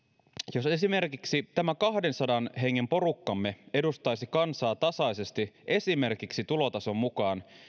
jos esimerkiksi tämä kahdensadan hengen porukkamme edustaisi kansaa tasaisesti esimerkiksi tulotason mukaan